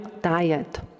diet